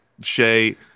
Shea